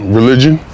religion